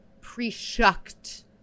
pre-shucked